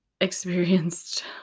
experienced